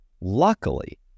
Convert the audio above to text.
luckily